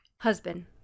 Husband